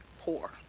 poor